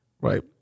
right